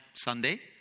Sunday